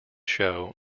show